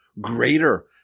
greater